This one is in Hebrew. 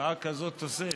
בשעה כזאת, תוסס.